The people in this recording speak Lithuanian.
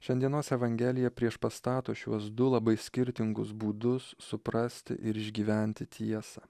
šiandienos evangelija priešpastato šiuos du labai skirtingus būdus suprasti ir išgyventi tiesą